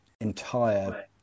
entire